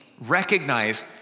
recognize